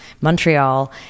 Montreal